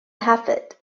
hartford